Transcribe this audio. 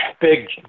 big